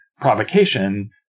provocation